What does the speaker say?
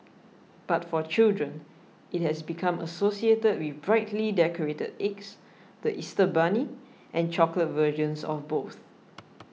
but for children it has become associated with brightly decorated eggs the Easter bunny and chocolate versions of both